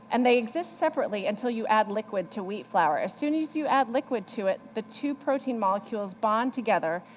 and they exist separately until you add liquid to wheat flour. as soon as you add liquid to it, the two protein molecules bond together,